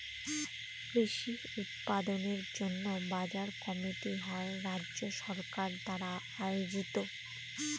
কৃষি উৎপাদনের জন্য বাজার কমিটি হয় রাজ্য সরকার দ্বারা আয়োজিত